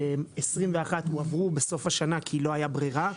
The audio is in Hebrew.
21' הועברו בסוף השנה כי לא הייתה ברירה.